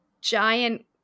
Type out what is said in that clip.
giant